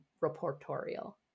reportorial